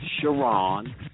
sharon